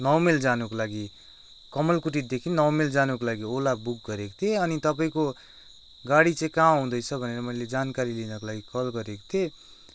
नौ माइल जानुको लागि कमल कुटीदेखि नौ माइल जानुको लागि ओला बुक गरेको थिएँ अनि तपाईँको गाडी चाहिँ कहाँ आउँदैछ भनेर मैले जानकारी लिनको लागि कल गरेको थिएँ